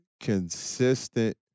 consistent